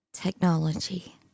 Technology